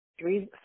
Three